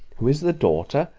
who is the daughter,